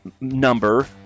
number